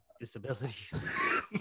disabilities